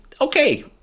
okay